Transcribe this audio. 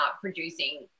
producing